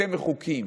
אתם מחוקים.